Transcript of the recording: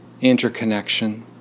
interconnection